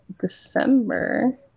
December